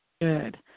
Good